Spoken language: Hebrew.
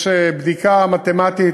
יש בדיקה מתמטית